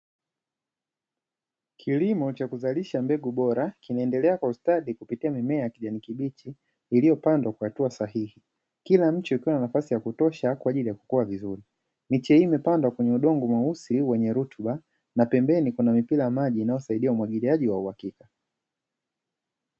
Kilimo cha kuzalisha mbegu bora kinaendelea kwa ustadi kupitia mimea ya kijani kibichi iliyo pandwa kwa hatua sahihi. Kila mche ukiwa na nafasi ya kutosha kwa ajili ya kukua vizuri. Miche hii imepandwa kwenye udongo mweusi wenye rutuba na pembeni kuna mipira maji inayosaidia umwagiliaji wa uhakika.